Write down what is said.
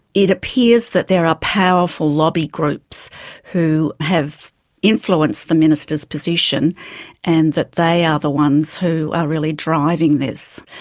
it appears that there are powerful lobby groups who have influenced the minister's position and that they are the ones who are really driving this.